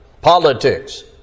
Politics